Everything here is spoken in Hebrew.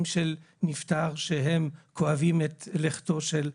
של הנפטר שהם כואבים את לכתו של יקירם.